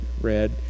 read